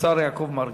השר יעקב מרגי.